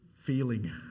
Feeling